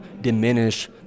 diminish